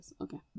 Okay